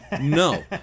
No